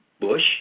Bush